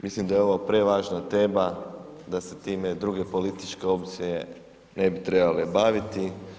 Mislim da je ovo prevažna tema da se time druge političke opcije ne bi trebale baviti.